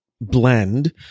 blend